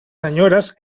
senyores